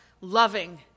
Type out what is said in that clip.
loving